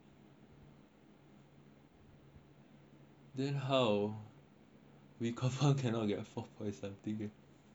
then how we confirm can not get four point something eh